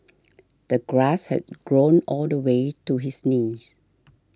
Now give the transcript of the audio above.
the grass had grown all the way to his knees